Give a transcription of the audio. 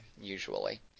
Usually